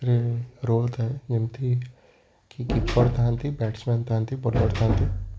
ରେ ରୋ ଥାଏ ଯେମତିକି କିପର ଥାଆନ୍ତି ବ୍ୟାଟ୍ସମ୍ୟାନ୍ ଥାଆନ୍ତି ବୋଲର୍ ଥାଆନ୍ତି